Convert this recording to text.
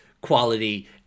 quality